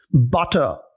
butter